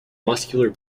muscular